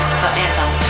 forever